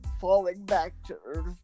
falling-back-to-earth